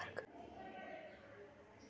देशेर मध्यम वर्ग आमतौरत अप्रत्यक्ष कर दि छेक